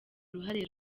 uruhare